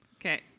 Okay